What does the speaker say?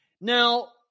Now